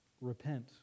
repent